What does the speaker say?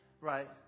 Right